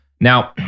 Now